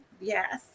Yes